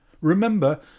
Remember